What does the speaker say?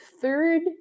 third